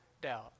doubt